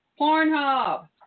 Pornhub